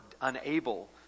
unable